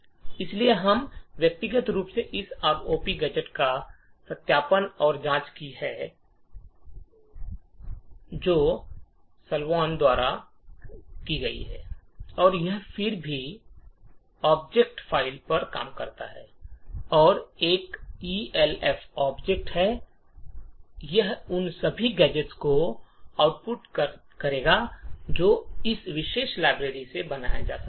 इसलिए हमने व्यक्तिगत रूप से इस आरओपी गैजेट का सत्यापन और जाँच की है जोनाथन सलवान द्वारा की गई है और यह किसी भी ऑब्जेक्ट फ़ाइल पर काम करता है जो एक एल्फ़ ऑब्जेक्ट है यह उन सभी गैजेट्स को आउटपुट करेगा जो उस विशेष लाइब्रेरी से बनाए जा सकते हैं